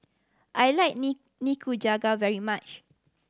I like Nikujaga very much